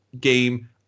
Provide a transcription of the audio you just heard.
game